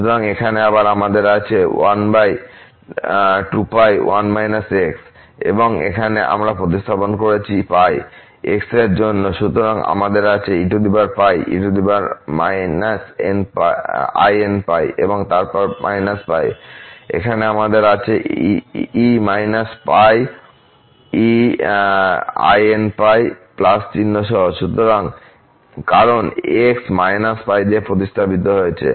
সুতরাং এখানে আবার আমাদের আছে এবং এখানে আমরা প্রতিস্থাপন করেছি π x এর জন্য সুতরাং আমাদের আছে eπ e−inπ এবং তারপর −π এখানে আমাদের এখন আছে e−π einπ চিহ্ন সহ কারণ x −π দিয়ে প্রতিস্থাপিত হয়েছে